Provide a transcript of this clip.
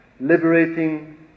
liberating